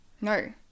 No